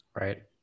right